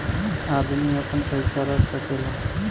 अदमी आपन पइसा रख सकेला